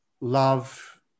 love